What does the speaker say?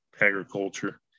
agriculture